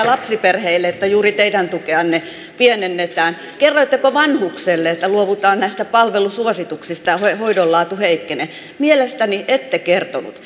lapsiperheille että juuri teidän tukeanne pienennetään kerroitteko vanhukselle että luovutaan näistä palvelusuosituksista ja hoidon laatu heikkenee mielestäni ette kertonut